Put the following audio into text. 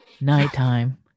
nighttime